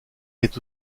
est